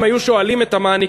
אם היו שואלים את המעניקים,